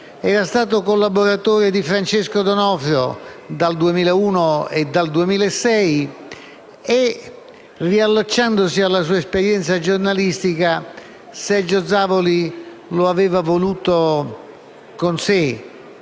Era stato collaboratore di Francesco D'Onofrio dal 2001 al 2006 e, riallacciandosi alla sua esperienza giornalistica, Sergio Zavoli lo aveva voluto con sé